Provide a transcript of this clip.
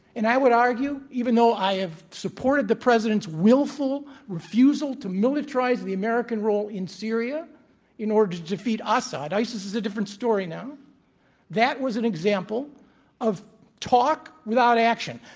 and i would argue, even though i have supported the president's willful refusal to militarize the american role in syria in order to defeat assad isis is a different story now that was an example of talk without action.